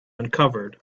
uncovered